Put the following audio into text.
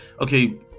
okay